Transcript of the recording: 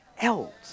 else